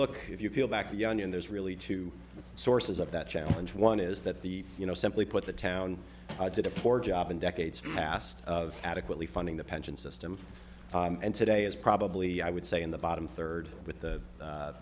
look if you peel back the onion there's really two sources of that challenge one is that the you know simply put the town i did a poor job in decades past of adequately funding the pension system and today is probably i would say in the bottom third with the